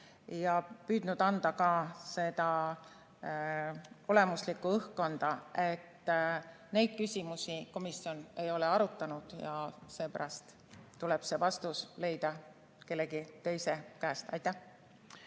ma püüdsin edasi anda ka seda olemuslikku õhkkonda, ent neid küsimusi komisjon ei ole arutanud. Seepärast tuleb see vastus saada kellegi teise käest. Mihhail